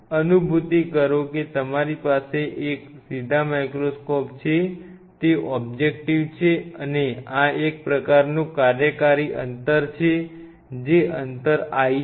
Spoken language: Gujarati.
અનુભૂતિ કરો કે તમારી પાસે એક સીધા માઇક્રોસ્કોપ છે તે ઓબ્જેક્ટિવ છે અને આ એક પ્રકારનું કાર્યકારી અંતર છે જે અંતર l છે